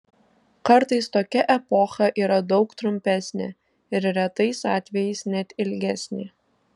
kartais tokia epocha yra daug trumpesnė ir retais atvejais net ilgesnė